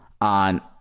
on